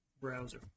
browser